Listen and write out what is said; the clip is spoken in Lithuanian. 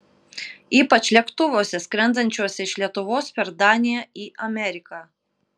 ypač lėktuvuose skrendančiuose iš lietuvos per daniją į ameriką